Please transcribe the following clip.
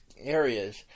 areas